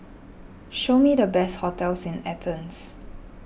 show me the best hotels in Athens